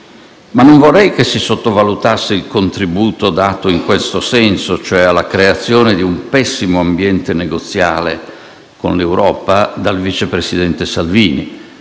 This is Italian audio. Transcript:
Ma non vorrei che si sottovalutasse il contributo dato in questo senso, cioè alla creazione di un pessimo ambiente negoziale con l'Europa, dal vice presidente Salvini